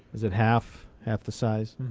was it half, half the size?